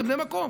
זה בני המקום.